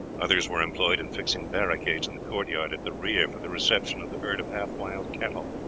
others were employed in fixing barricades in the court-yard at the rear for the reception of the herd of half-wild cattle.